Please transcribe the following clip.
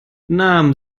namen